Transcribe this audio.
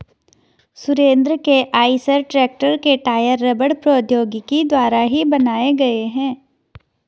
सुरेंद्र के Eicher tractor के tyre रबड़ प्रौद्योगिकी द्वारा ही बनाए गए हैं